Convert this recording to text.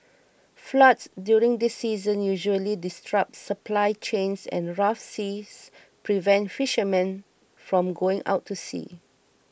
floods during this season usually disrupt supply chains and rough seas prevent fishermen from going out to sea